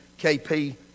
KP